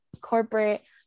Corporate